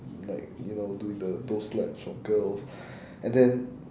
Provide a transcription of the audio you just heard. like you know doing the those slaps for girls and then